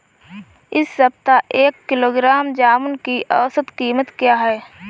इस सप्ताह एक किलोग्राम जामुन की औसत कीमत क्या है?